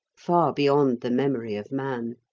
far beyond the memory of man.